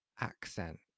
accent